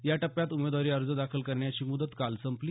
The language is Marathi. या टप्प्यात उमेदवारी अर्ज दाखल करण्याची मुदत काल संपली